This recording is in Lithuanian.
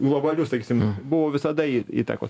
globalių sakysim buvo visada įtakos